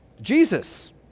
Jesus